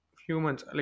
humans